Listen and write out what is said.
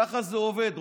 ככה זה עובד,